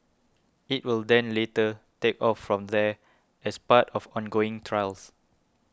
it will then later take off from there as part of ongoing trials